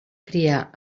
cria